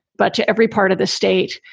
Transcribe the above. but to every part of the state.